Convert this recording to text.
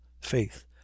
faith